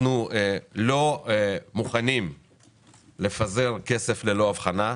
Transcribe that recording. אנחנו לא מוכנים לפזר כסף ללא הבחנה.